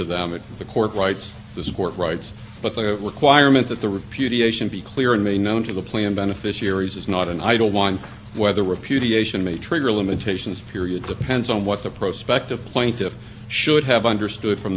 payments so there even though they had been receiving their benefits which was like the miller case limitations was not applied against them finally by as costly i think the court realizes it is a federal common law for in civil federal common law